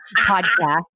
podcast